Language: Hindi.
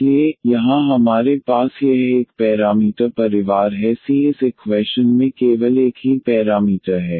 इसलिए यहाँ हमारे पास यह एक पैरामीटर परिवार है c इस इक्वैशन में केवल एक ही पैरामीटर है